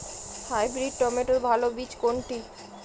Hybrid টমেটোর ভালো বীজ কোনটি?